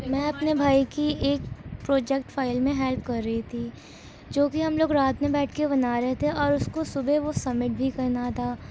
میں اپنے بھائی کی ایک پروجیکٹ فائل میں ہیلپ کر رہی تھی جو کہ ہم لوگ رات میں بیٹھ کے بنا رہے تھے اور اس کو صبح وہ سبمٹ بھی کرنا تھا